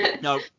no